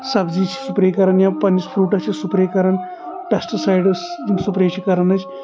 سبزی چھِ سُپرے کران یا پننس فروٹس چھِ سُپر کران پیٚسٹ سایڈٕس یِم سپرے چھِ کران أسۍ